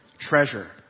treasure